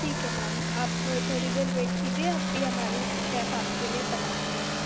ठीक है मेम आप थोड़ी देर वेट कीजिए अभी हमारे शेफ आपके लिए बनाते हैं